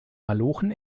malochen